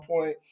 point